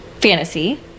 fantasy